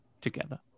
together